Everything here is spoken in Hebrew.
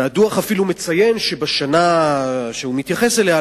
והדוח אפילו מציין שבשנה שהוא מתייחס אליה,